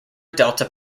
delta